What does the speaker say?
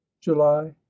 July